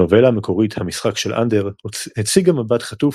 הנובלה המקורית "המשחק של אנדר" הציגה מבט חטוף